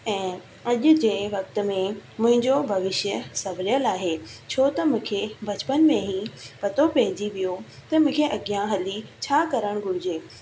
ऐं अॼ जे वक़्त में मुंहिंजो भविष्य सवरियलु आहे छो त मूंखे बचपन में ई पतो पइजी वियो त मूंखे अॻियां हली छा करणु घुरिजे